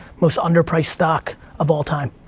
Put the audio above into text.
most under priced stock of all time.